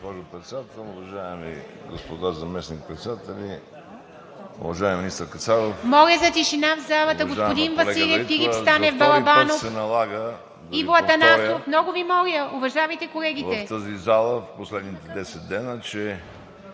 Моля за тишина в залата! Господин Василев, Филип Станев, Балабанов, Иво Атанасов, много Ви моля, уважавайте колегите